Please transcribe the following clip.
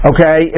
Okay